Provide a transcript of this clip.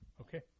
Okay